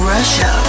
Russia